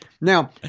Now